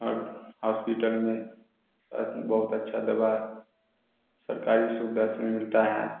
और हॉस्पिटल में बहुत अच्छा दवा सरकारी सुविधा सब मिलता है